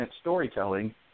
storytelling